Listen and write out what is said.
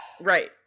Right